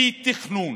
אי-תכנון.